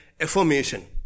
affirmation